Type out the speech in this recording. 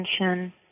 attention